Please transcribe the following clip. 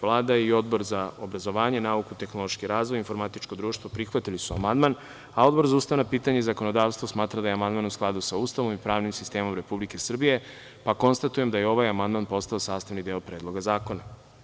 Vlada i Odbor za obrazovanje, nauku, tehnološki razvoj i informatičko društvo prihvatili su amandman, a Odbor za ustavna pitanja i zakonodavstvo smatra da je amandman u skladu sa Ustavom i pravnim sistemom Republike Srbije, pa konstatujem da je ovaj amandman postao sastavni deo Predloga zakona.